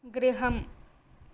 गृहम्